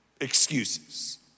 Excuses